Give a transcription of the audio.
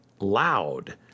Loud